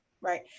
right